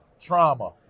trauma